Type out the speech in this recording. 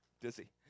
Dizzy